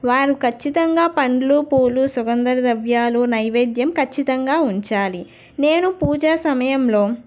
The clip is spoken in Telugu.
వారు ఖచ్చితంగా పండ్లు పూలు సుగంధ ద్రవ్యాలు నైవేద్యం ఖచ్చితంగా ఉంచాలి నేను పూజా సమయంలో